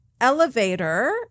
elevator